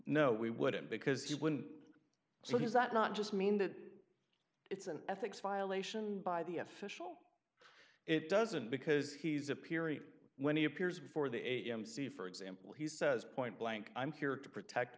no we wouldn't because you wouldn't so does that not just mean that it's an ethics violation by the official it doesn't because he's a period when he appears before the amc for example he says point blank i'm here to protect